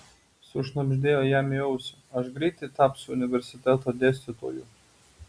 sušnabždėjo jam į ausį aš greitai tapsiu universiteto dėstytoju